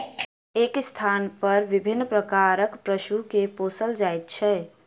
एक स्थानपर विभिन्न प्रकारक पशु के पोसल जाइत छै